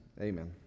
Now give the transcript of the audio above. Amen